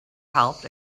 helped